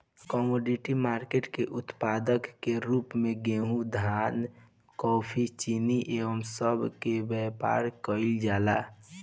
commodity market के उत्पाद के रूप में गेहूं धान कॉफी चीनी ए सब के व्यापार केइल जाला